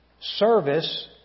Service